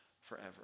forever